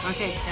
Okay